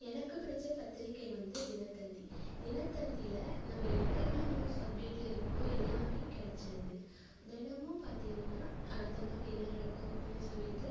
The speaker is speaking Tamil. எனக்கு பிடிச்ச பத்திரிக்கை வந்து தினத்தந்தி தினத்தந்தியில நம்ம என்னென்ன நியூஸ் அப்டேட்டில் இருக்கோ எல்லாமே கிடச்சிருது தினமும் பார்த்திங்கன்னா அடுத்த நாள் என்ன நடக்கும் அப்படீன்னு சொல்லிவிட்டு